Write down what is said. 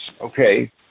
okay